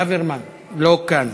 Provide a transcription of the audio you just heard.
ברוורמן, לא כאן,